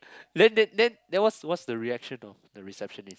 then then then then what's what's the reaction of the receptionist